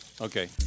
Okay